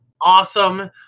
awesome